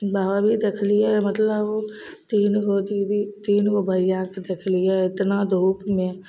हम ई देखलियै मतलब तीन गो दीदी तीन गो भैयाके देखलियै इतना धूपमे